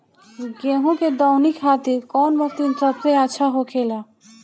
गेहु के दऊनी खातिर कौन मशीन सबसे अच्छा होखेला?